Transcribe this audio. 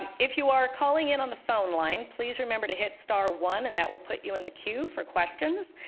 and if you are calling in on the phone line, please remember to hit star, one, and that will put you in the queue for questions.